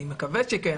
אני מקווה שכן.